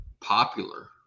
popular